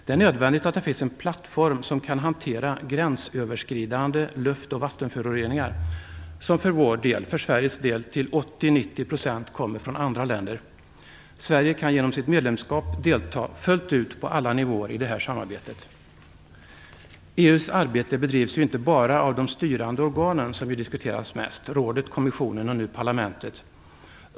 Det är nödvändigt att det finns en plattform som kan hantera gränsöverskridande luft och vattenföroreningar, som för Sveriges del till 80-90 % kommer från andra länder. Sverige kan genom sitt medlemskap fullt ut delta på alla nivåer i det här samarbetet. EU:s arbete bedrivs ju inte bara av de styrande organ som diskuteras mest: rådet, kommissionen och parlamentet.